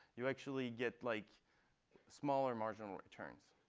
you actually get like smaller marginal returns.